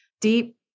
deep